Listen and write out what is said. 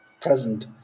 present